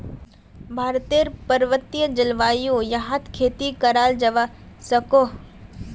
भारतेर पर्वतिये जल्वायुत याहर खेती कराल जावा सकोह